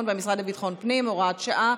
והמשרד לביטחון הפנים) (הוראת שעה),